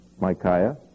Micaiah